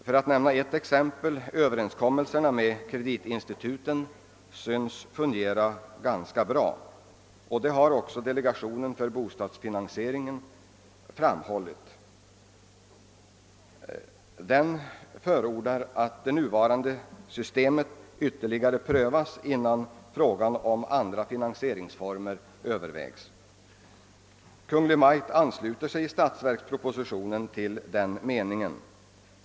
För att nämna ett exempel: överenskommelserna med kreditinstituten synes fungera ganska bra. Det har också delegationen för bostadsfinansieringen framhållit. Den förordar att det nuvarande systemet ytterligare prövas innan frågan om andra finansieringsformer övervägs. Kungl. Maj:t ansluter sig i statsverkspropositionen till den meningen.